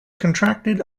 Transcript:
contracted